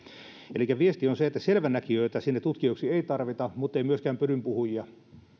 elikkä viesti on se että selvänäkijöitä sinne tutkijoiksi ei tarvita mutta ei myöskään pödynpuhujia